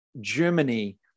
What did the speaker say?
Germany